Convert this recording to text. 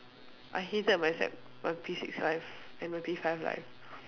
I hated my sec my P six life and my P five life